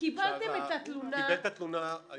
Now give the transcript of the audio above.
למרות שחלקנו לא